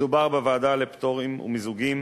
מדובר בוועדה לפטורים ולמיזוגים